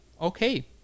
Okay